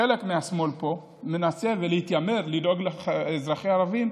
שחלק מהשמאל פה מנסה להתיימר לדאוג לאזרחי הערבים,